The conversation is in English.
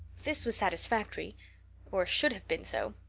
this was satisfactory or should have been so.